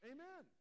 Amen